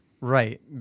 Right